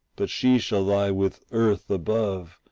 but she shall lie with earth above,